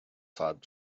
fad